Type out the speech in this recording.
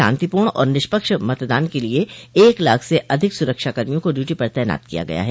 शांतिपूर्ण और निष्पक्ष मतदान के लिये एक लाख से अधिक सुरक्षा कर्मियों को ड्यूटी पर तैनात किया गया है